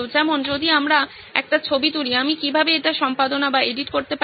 যেমন যদি আমি একটি ছবি তুলি আমি কীভাবে এটি সম্পাদনা করতে পারি